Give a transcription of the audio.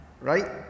Right